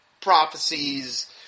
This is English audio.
prophecies